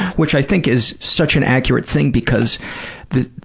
which i think is such an accurate thing because